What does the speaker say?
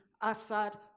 Assad